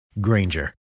Granger